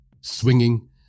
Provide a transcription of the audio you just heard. Swinging